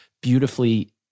beautifully